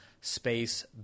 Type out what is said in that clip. space